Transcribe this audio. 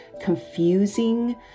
confusing